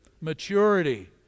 Maturity